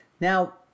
Now